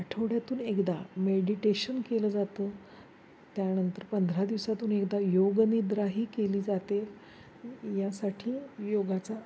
आठवड्यातून एकदा मेडिटेशन केलं जातं त्यानंतर पंधरा दिवसातून एकदा योग निद्राही केली जाते यासाठी योगाचा